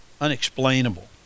unexplainable